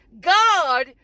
God